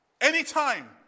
Anytime